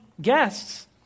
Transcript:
guests